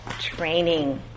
training